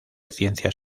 ciencias